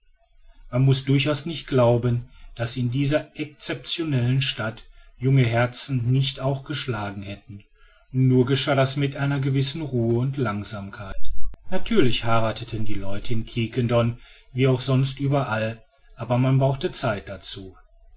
man muß durchaus nicht glauben daß in dieser exceptionellen stadt junge herzen nicht auch geschlagen hätten nur geschah das mit einer gewissen ruhe und langsamkeit natürlich heirateten die leute in quiquendone wie auch sonst überall aber man brauchte zeit dazu